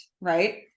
right